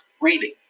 reading